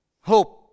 Hope